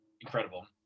incredible